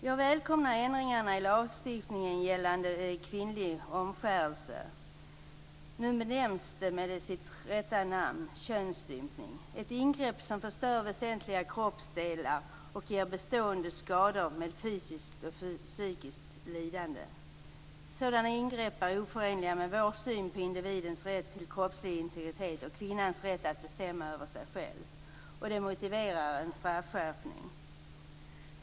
Jag välkomnar ändringarna i lagstiftningen gällande kvinnlig omskärelse. Nu benämns den med sitt rätta namn, dvs. könsstympning. Det är ett ingrepp som förstör väsentliga kroppsdelar och ger bestående skador med fysiskt och psykiskt lidande. Sådana ingrepp är oförenliga med vår syn på individens rätt till kroppslig integritet och kvinnans rätt att bestämma över sig själv. Det motiverar en straffskärpning.